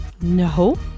No